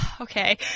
Okay